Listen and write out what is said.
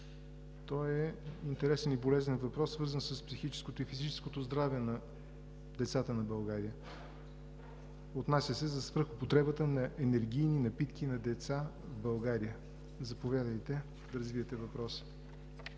Той е интересен и болезнен въпрос, свързан с психическото и физическото здраве на децата на България. Отнася се за свръхупотребата на енергийни напитки на деца в България. Заповядайте да развиете въпроса.